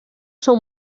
són